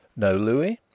no, louis,